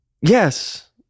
Yes